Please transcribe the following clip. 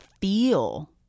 feel